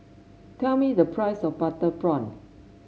tell me the price of Butter Prawn